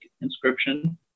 inscription